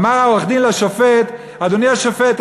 אמר העורך-דין לשופט: אדוני השופט,